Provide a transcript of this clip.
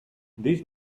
these